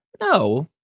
No